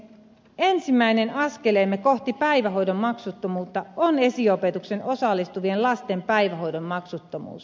ensimmäinen askeleemme kohti päivähoidon maksuttomuutta on esiopetukseen osallistuvien lasten päivähoidon maksuttomuus